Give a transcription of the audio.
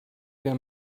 their